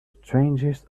strangest